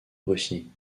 russie